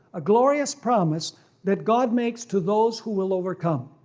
a glorious promise that god makes to those who will overcome.